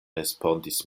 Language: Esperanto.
respondis